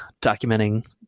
documenting